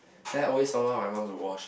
then I always don't tell my mum to wash